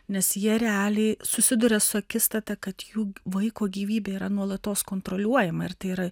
nes jie realiai susiduria su akistata kad jų vaiko gyvybė yra nuolatos kontroliuojama ir tai yra